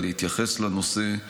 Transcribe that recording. להתייחס לנושא.